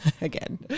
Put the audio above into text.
again